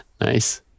Nice